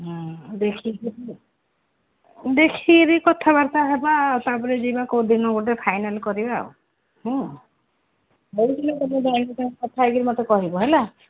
ହଁ ଦେଖିକିରି ଦେଖିକିରି କଥାବାର୍ତ୍ତା ହେବା ତାପରେ ଯିବା କୋଉ ଦିନ ଗୋଟେ ଫାଇନାଲ୍ କରିବା ହୁଁ କଥା ହୋଇକିରି ମୋତେ କହିବ ହେଲା